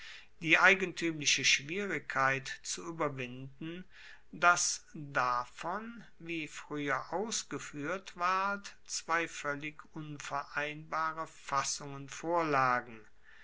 die eigentuemliche schwierigkeit zu ueberwinden dass davon wie frueher ausgefuehrt ward zwei voellig unvereinbare fassungen vorlagen